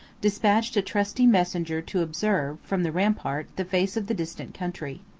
despatched a trusty messenger to observe, from the rampari, the face of the distant country.